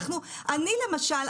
אני למשל,